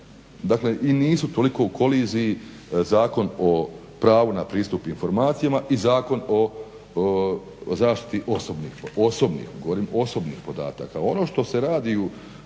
Dakle i nisu toliko u koliziji Zakon o pravu na pristup informacijama i Zakon o zaštiti osobnih podataka, govorim